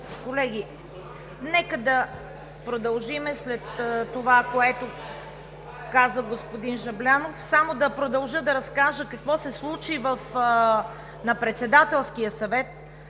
Колеги, нека да продължим след това, което каза господин Жаблянов. Само да продължа, да разкажа какво се случи на Председателския съвет